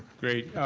great!